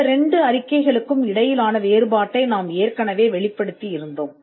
இந்த 2 அறிக்கைகளுக்கும் இடையிலான வேறுபாட்டை நாங்கள் ஏற்கனவே வெளிப்படுத்தியிருந்தோம்